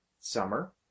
summer